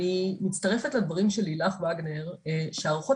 אני מצטרפת לדברים של לילך וגנר שהערכות